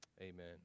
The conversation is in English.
Amen